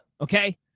Okay